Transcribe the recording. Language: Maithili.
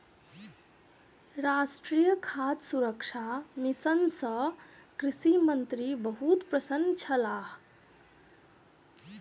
राष्ट्रीय खाद्य सुरक्षा मिशन सँ कृषि मंत्री बहुत प्रसन्न छलाह